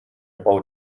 bow